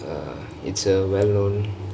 uh it's a well known